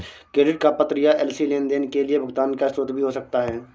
credit का पत्र या एल.सी लेनदेन के लिए भुगतान का स्रोत भी हो सकता है